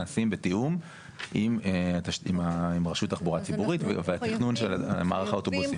נעשה בתיאום עם הרשות לתחבורה הציבורית והתכנון של מערך האוטובוסים.